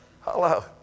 Hello